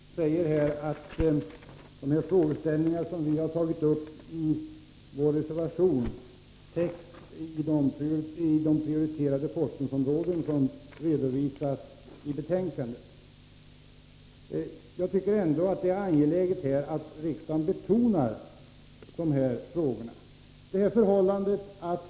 Herr talman! Ulf Lönnqvist säger att de frågeställningar som vi har tagit upp i vår reservation täcks av de prioriterade forskningsområden som redovisas i betänkandet. Jag tycker ändå att det är angeläget att riksdagen betonar dessa frågor.